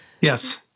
Yes